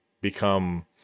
become